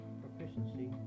proficiency